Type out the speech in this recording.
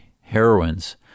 heroines